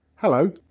Hello